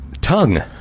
tongue